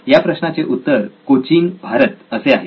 या प्रश्नाचे उत्तर कोचीन भारत असे आहे